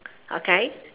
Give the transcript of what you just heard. okay